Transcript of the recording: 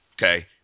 Okay